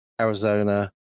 Arizona